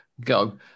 go